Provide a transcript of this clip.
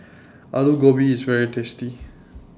Aloo Gobi IS very tasty